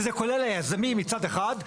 זה כולל את היזמים מצד אחד,